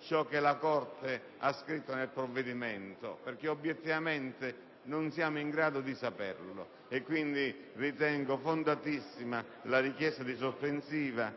ciò che la Corte ha scritto nel provvedimento, perché obiettivamente non siamo in grado di saperlo. Ritengo quindi fondatissima la richiesta di sospensiva